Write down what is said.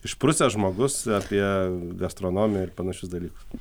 išprusęs žmogus apie gastronomiją ir panašius dalykus